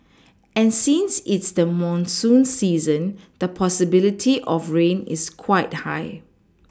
and since it's the monsoon season the possibility of rain is quite high